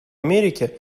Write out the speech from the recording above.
америке